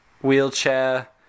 wheelchair